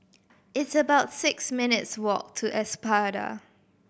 it's about six minutes' walk to Espada